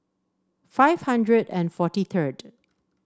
five hundred and forty third